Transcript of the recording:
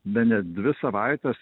bene dvi savaites